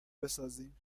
بسازیم